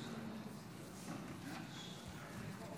לימור.